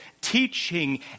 teaching